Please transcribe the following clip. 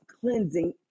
cleansing